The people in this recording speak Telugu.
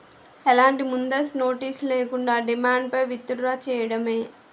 ఎలాంటి ముందస్తు నోటీస్ లేకుండా, డిమాండ్ పై విత్ డ్రా చేయడమే